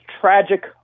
tragic